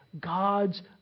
God's